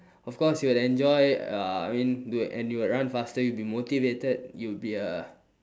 of course you will enjoy uh I mean you and you would run faster you'd be motivated you'd be a